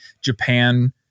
Japan